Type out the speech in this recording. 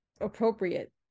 appropriate